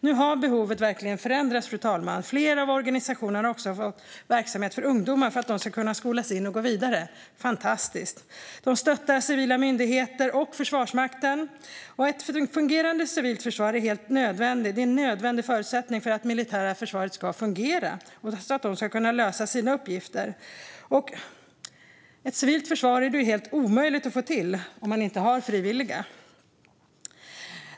Nu har behovet verkligen förändrats, fru talman. Flera av organisationerna har också verksamhet för ungdomar för att de ska kunna skolas in och gå vidare. Det är fantastiskt! De stöttar civila myndigheter och Försvarsmakten. Ett fungerande civilt försvar är helt nödvändigt. Det är en nödvändig förutsättning för att det militära försvaret ska fungera och kunna lösa sina uppgifter. Men ett civilt försvar är ju helt omöjligt att få till om man inte har frivilliga.